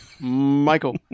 Michael